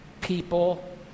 people